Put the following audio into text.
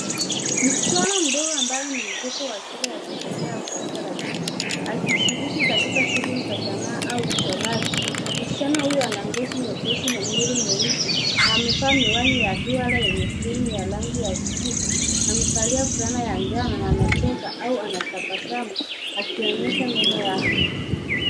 Msichana mdogo ambayaini wa shule ya chekechea au darasa la chini akishiriki katika shughuli za sanaa au uchoraji. Msichana huyo anya ngozi nyepesi na nywele nyeusi na amevaa miwani ya duara ya rangi ya kijivu. Amevalia fulana ya njano na anafurahi au anatabasamu akionyesha meno yake.